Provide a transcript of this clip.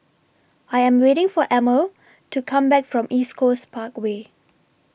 I Am waiting For Emil to Come Back from East Coast Parkway